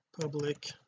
public